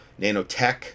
nanotech